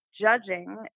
judging